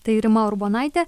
tai rima urbonaitė